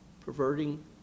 Perverting